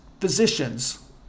physicians